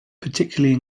particularly